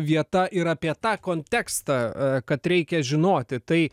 vieta ir apie tą kontekstą kad reikia žinoti tai